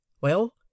Well